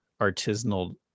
artisanal